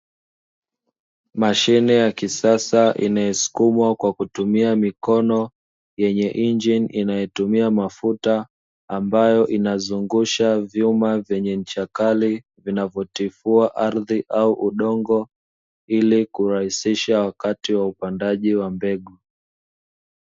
Mashine ya kisasa inayosukumwa kwa kutumia mikono; yenye injini inayotumia mafuta; ambayo inazungusha vyuma vyenye ncha kali vinavyotifua ardhi au udongo ili kurahisisha wakati wa upandaji wa mbegu.